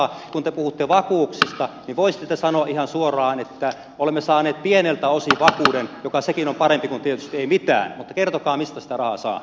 kun te puhutte vakuuksista niin voisitte te sanoa ihan suoraan että olemme saaneet pieneltä osin vakuuden joka sekin on tietysti parempi kuin ei mitään mutta kertokaa mistä sitä rahaa saa